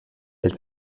elle